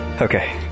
Okay